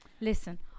Listen